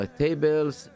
tables